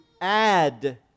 add